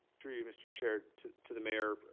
through you mr. chair to to the mayor,